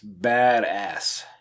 badass